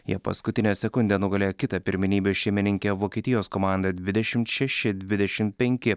jie paskutinę sekundę nugalėjo kitą pirmenybių šeimininkę vokietijos komandą dvidešimt šeši dvidešimt penki